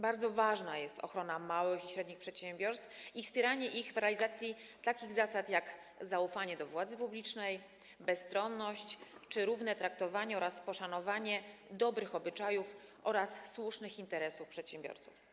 Bardzo ważna jest ochrona małych i średnich przedsiębiorstw i wspieranie ich w realizacji takich zasad jak zaufanie do władzy publicznej, bezstronność czy równe traktowanie oraz poszanowanie dobrych obyczajów i słusznych interesów przedsiębiorców.